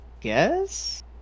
guess